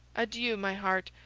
adieu, my heart,